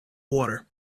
water